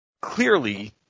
Clearly